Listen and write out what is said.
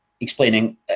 explaining